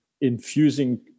infusing